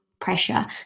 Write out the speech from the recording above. pressure